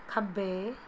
ਖੱਬੇ